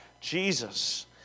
Jesus